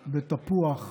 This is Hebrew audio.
בתפוח,